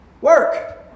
work